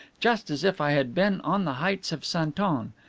just as if i had been on the heights of santon.